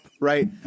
right